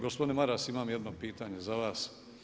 Gospodine Maras, imam jedno pitanje za vas.